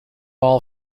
all